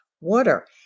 water